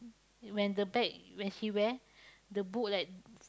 when the bag when she wear the book like